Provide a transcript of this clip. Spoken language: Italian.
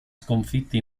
sconfitti